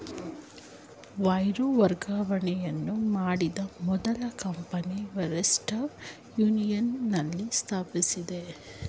wire ವರ್ಗಾವಣೆಯನ್ನು ಮಾಡಿದ ಮೊದಲ ಕಂಪನಿ ವೆಸ್ಟರ್ನ್ ಯೂನಿಯನ್ ನಲ್ಲಿ ಸ್ಥಾಪಿಸಿದ್ದ್ರು